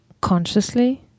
consciously